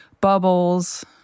bubbles